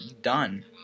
done